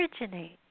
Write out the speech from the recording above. originate